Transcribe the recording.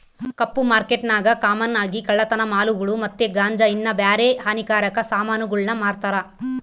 ಕಪ್ಪು ಮಾರ್ಕೆಟ್ನಾಗ ಕಾಮನ್ ಆಗಿ ಕಳ್ಳತನ ಮಾಲುಗುಳು ಮತ್ತೆ ಗಾಂಜಾ ಇನ್ನ ಬ್ಯಾರೆ ಹಾನಿಕಾರಕ ಸಾಮಾನುಗುಳ್ನ ಮಾರ್ತಾರ